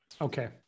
Okay